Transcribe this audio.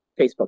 Facebook